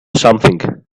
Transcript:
something